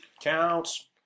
Counts